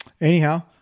anyhow